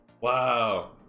wow